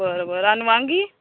बरं बरं आणि वांगी